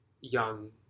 young